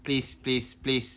please please please